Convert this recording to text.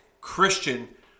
Christian